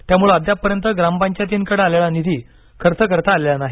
त्यामुळे अद्यापपर्यंत ग्रामपंचायतीकडे आलेला निधी खर्च करता आलेला नाही